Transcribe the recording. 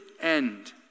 end